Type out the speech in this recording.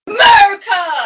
America